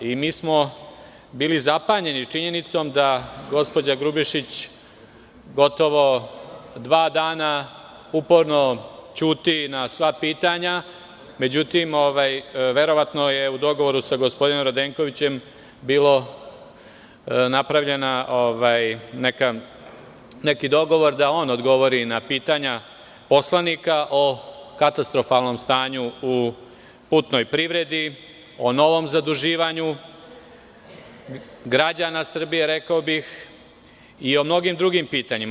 Bili smo zapanjeni činjenicom da gospođa Grubješić gotovo dva dana uporno ćuti na sva pitanja, međutim verovatno je u dogovoru sa gospodinom Radenkovićem bio napravljen neki dogovor da on odgovori na pitanja poslanika o katastrofalnom stanju u putnoj privredi, o novom zaduživanju građana Srbije, rekao bih i o mnogim drugim pitanjima.